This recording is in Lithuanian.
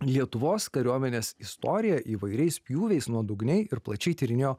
lietuvos kariuomenės istorija įvairiais pjūviais nuodugniai ir plačiai tyrinėjo